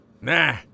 Nah